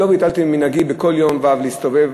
לא ביטלתי ממנהגי בכל יום שישי להסתובב,